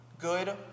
Good